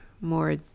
more